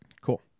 Cool